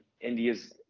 India's